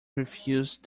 refused